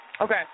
Okay